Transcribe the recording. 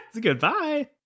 goodbye